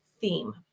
theme